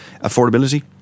affordability